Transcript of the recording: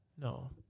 no